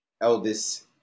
eldest